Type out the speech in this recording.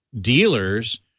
dealers